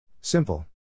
Simple